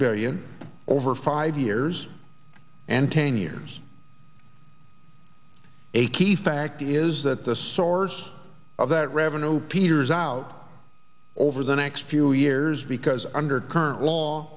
billion over five years and ten years a key fact is that the source of that revenue peters out over the next few years because under current law